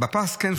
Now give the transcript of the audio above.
בפס כן,